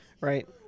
Right